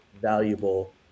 valuable